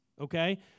okay